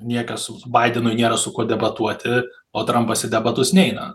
niekas su baidenui nėra su kuo debatuoti o trampas į debatus neina